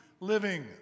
living